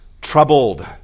troubled